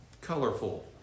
colorful